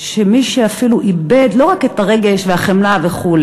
של מי שאפילו איבד לא רק את הרגש והחמלה וכו',